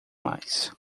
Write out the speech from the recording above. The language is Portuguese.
mais